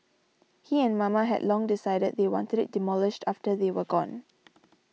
he and Mama had long decided they wanted it demolished after they were gone